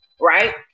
Right